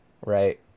right